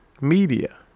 media